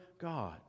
God